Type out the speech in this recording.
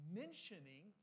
mentioning